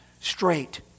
straight